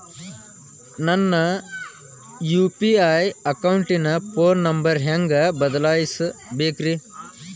ನನ್ನ ಯು.ಪಿ.ಐ ಅಕೌಂಟಿನ phone number ಹೆಂಗ್ ಬದಲಾಯಿಸ ಬೇಕ್ರಿ?